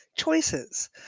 choices